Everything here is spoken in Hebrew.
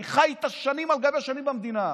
אני חי איתה שנים על גבי שנים במדינה.